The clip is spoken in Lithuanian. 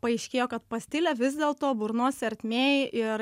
paaiškėjo kad pastilė vis dėlto burnos ertmėje ir